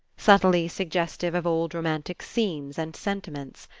subtly suggestive of old romantic scenes and sentiments.